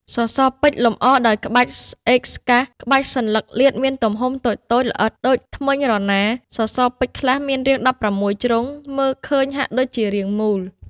សសរពេជ្រ លម្អដោយក្បាច់ស្អេកស្កះ ក្បាច់សន្លឹកលាតមានទំហំតូចៗល្អិត ដូចធ្មេញរណារ ។ សសរពេជ្រខ្លះមានរាង ១៦ ជ្រុង មើលឃើញហាក់ដូចជា រាងមូល។